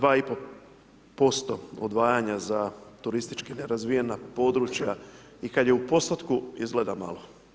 2,5% odvajanja za turistički nerazvijena područja i kad je u postotku, izgleda malo.